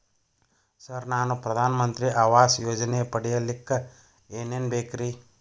Sir ನಾನು ಪ್ರಧಾನ ಮಂತ್ರಿ ಆವಾಸ್ ಯೋಜನೆ ಪಡಿಯಲ್ಲಿಕ್ಕ್ ಏನ್ ಏನ್ ಬೇಕ್ರಿ?